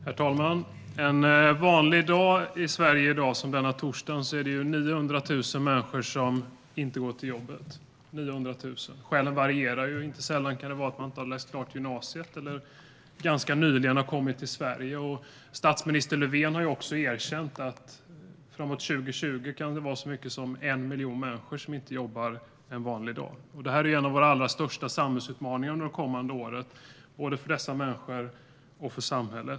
Herr talman! En vanlig dag i Sverige, som denna torsdag, är det 900 000 människor som inte går till jobbet. Skälen varierar. Inte sällan kan det vara så att man inte har läst klart gymnasiet eller att man ganska nyligen har kommit till Sverige. Statsminister Löfven har erkänt att det framåt 2020 kan vara så många som 1 miljon människor som inte jobbar en vanlig dag. Detta är en av våra allra största utmaningar under de kommande åren, både för dessa människor och för samhället.